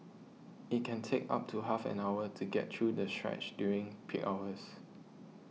it can take up to half an hour to get through the stretch during peak hours